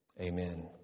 Amen